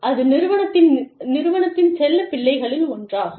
அது நிறுவனத்தின் நிறுவனத்தின் செல்லப்பிள்ளைகளில் ஒன்றாகும்